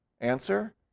Answer